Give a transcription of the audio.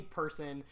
person